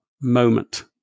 moment